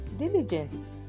Diligence